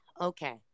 okay